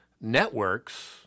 networks